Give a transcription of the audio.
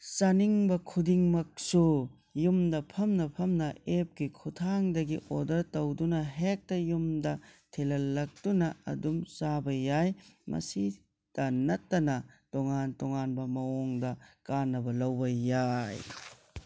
ꯆꯥꯅꯤꯡꯕ ꯈꯨꯗꯤꯡꯃꯛꯁꯨ ꯌꯨꯝꯗ ꯐꯝꯅ ꯐꯝꯅ ꯑꯦꯞꯀꯤ ꯈꯨꯠꯊꯥꯡꯗꯒꯤ ꯑꯣꯗꯔ ꯇꯧꯗꯨꯅ ꯍꯦꯛꯇ ꯌꯨꯝꯗ ꯊꯤꯜꯍꯜꯂꯛꯇꯨꯅ ꯑꯗꯨꯝ ꯆꯥꯕ ꯌꯥꯏ ꯃꯁꯤꯗ ꯅꯠꯇꯅ ꯇꯣꯉꯥꯟ ꯇꯣꯉꯥꯟꯕ ꯃꯑꯣꯡꯗ ꯀꯥꯟꯅꯕ ꯂꯧꯕ ꯌꯥꯏ